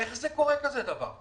איך קורה כזה דבר?